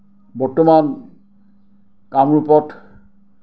বৰ্তমান কামৰূপত